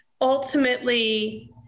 ultimately